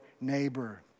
neighbor